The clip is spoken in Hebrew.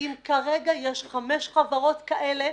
כ.א.ל אם כרגע יש חמש חברות כאלה,